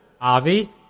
Avi